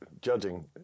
judging